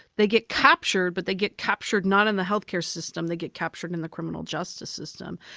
they get captured but they get captured, not in the healthcare system, they get captured in the criminal justice system.